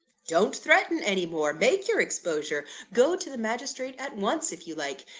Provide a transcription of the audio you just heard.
don't threaten any more! make your exposure! go to the magistrate at once, if you like!